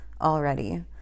already